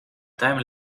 time